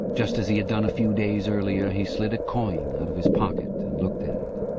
just as he had done a few days earlier, he slid a coin out of his pocket and looked at it.